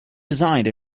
designed